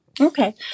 Okay